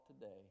today